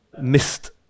missed